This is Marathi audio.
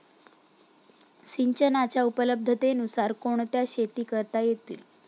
सिंचनाच्या उपलब्धतेनुसार कोणत्या शेती करता येतील?